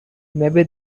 maybe